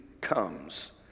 comes